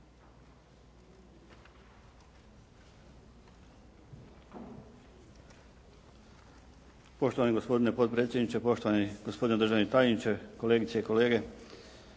Poštovani gospodine potpredsjedniče, poštovani gospodine državni tajniče, kolegice i kolege.